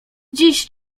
dziś